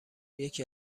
یکی